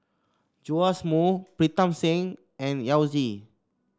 Joash Moo Pritam Singh and Yao Zi